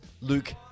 Luke